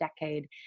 decade